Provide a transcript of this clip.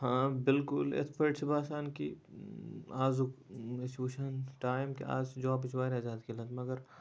ہاں بِلکُل یِتھ پٲٹھۍ چھُ باسان کہِ آزُک أسۍ چھِ وٕچھان ٹایم کہِ آز چھِ جابٕچ واریاہ زیادٕ قِلت مَگر